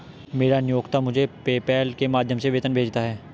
मेरा नियोक्ता मुझे पेपैल के माध्यम से वेतन भेजता है